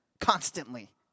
constantly